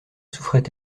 souffrait